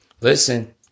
Listen